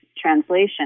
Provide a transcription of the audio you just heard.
translation